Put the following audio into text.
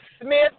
Smith